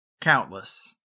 countless